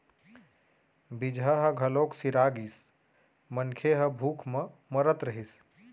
बीजहा ह घलोक सिरा गिस, मनखे ह भूख म मरत रहिस